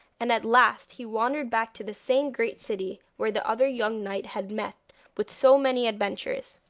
and at last he wandered back to the same great city where the other young knight had met with so many adventures.